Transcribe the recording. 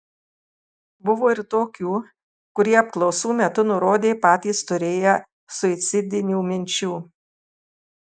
buvo ir tokių kurie apklausų metu nurodė patys turėję suicidinių minčių